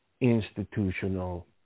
institutional